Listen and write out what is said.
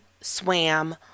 swam